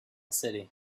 city